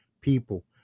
people